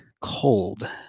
cold